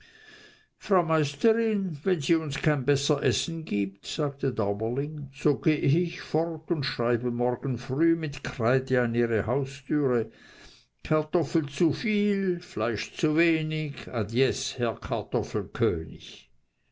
frau meisterin wenn sie uns kein besser essen gibt sagte daumerling so gehe ich fort und schreibe morgen früh mit kreide an ihre haustüre kartoffel zu viel fleisch zu wenig adies herr